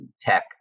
tech